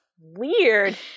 weird